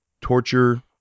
torture